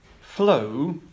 flow